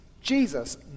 Jesus